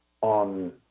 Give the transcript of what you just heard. on